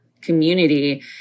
community